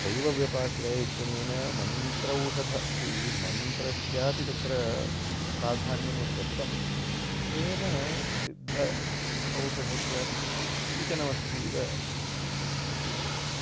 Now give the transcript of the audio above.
दैवव्यपाश्रयः इत्यनेन मन्त्रौषधम् इति मन्त्रस्यापि तत्र प्राधान्यं यद्दत्तं तेन सिद्ध औषधस्यापि किञ्चित् सूचनमस्ति इव वक्तुं शक्यते